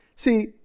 See